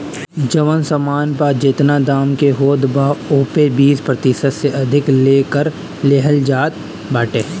जवन सामान पअ जेतना दाम के होत बा ओपे बीस प्रतिशत से अधिका ले कर लेहल जात बाटे